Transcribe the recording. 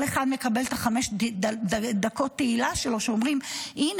כל אחד מקבל את חמש דקות התהילה שלו כשאומרים: הינה,